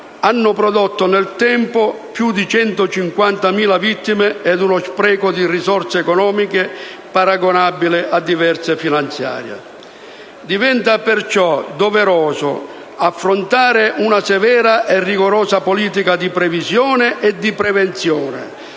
hanno prodotto nel tempo più di 150.000 vittime ed uno spreco di risorse economiche paragonabile a diverse manovre finanziarie. Diventa perciò doveroso affrontare una severa e rigorosa politica di previsione e di prevenzione,